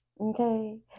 okay